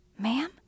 Ma'am